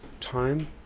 time